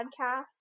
podcast